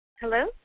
Hello